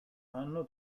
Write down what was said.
anno